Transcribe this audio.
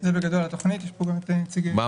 זו בגדול התוכנית ויש פה באמת נציגים.